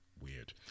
weird